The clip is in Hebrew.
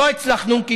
לא הצלחנו, כי